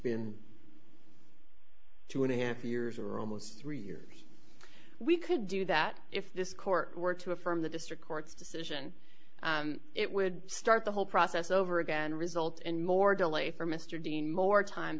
been two and a half years or almost three years we could do that if this court were to affirm the district court's decision and it would start the whole process over again result in more delay for mr dean more time